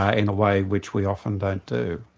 ah in a way which we often don't do.